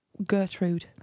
Gertrude